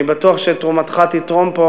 אני בטוח שאת תרומתך תתרום פה,